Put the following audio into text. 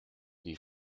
die